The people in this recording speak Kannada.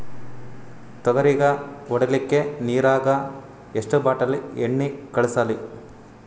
ತೊಗರಿಗ ಹೊಡಿಲಿಕ್ಕಿ ನಿರಾಗ ಎಷ್ಟ ಬಾಟಲಿ ಎಣ್ಣಿ ಕಳಸಲಿ?